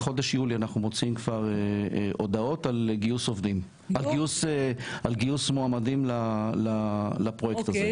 בחודש יולי אנחנו מוציאים הודעות על גיוס מועמדים לפרויקט הזה.